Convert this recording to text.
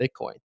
Bitcoin